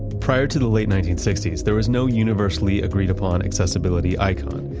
prior to the late nineteen sixty s there was no universally agreed upon accessibility icon.